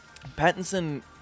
pattinson